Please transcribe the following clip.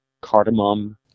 Cardamom